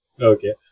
okay